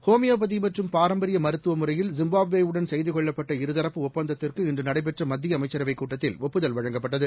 ஹோமியோபதிமற்றம் பாரம்பரியமருத்துவமுறையில் ஜிம்பாப்வே வுடன் செய்துகொள்ளப்பட்ட இருதரப்பு ஒப்பந்தத்திற்கு இன்றுநடைபெற்றமத்தியஅமைச்சரவைக் கூட்டத்தில் ஒப்புதல் வழங்கப்பட்டது